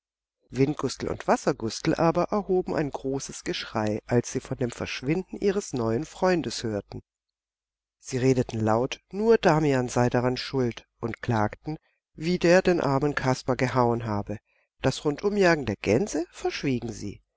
windgustel und wassergustel aber erhoben ein großes geschrei als sie von dem verschwinden ihres neuen freundes hörten sie redeten laut nur damian sei daran schuld und klagten wie der den armen kasper gehauen habe das rundumjagen der gänse verschwiegen sie